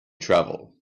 travel